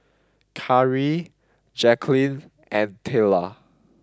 Kari Jacquline and Tayla